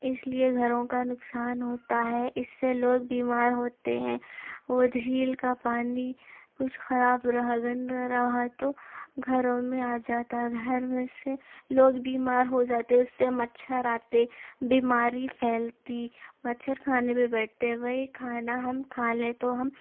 اس لیے گھروں کا نقصان ہوتا ہے اس سے لوگ بیمار ہوتے ہیں وہ جھیل کا پانی کچھ خراب رہا گندا رہا تو گھروں میں آ جاتا گھر میں سے لوگ بیمار ہو جاتے اس سے مچھر آتے بیماری پھیلتی مچھر کھانے پہ بیٹھتے ہے وہی کھانا ہم کھا لیں تو ہم